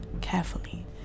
carefully